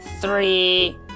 three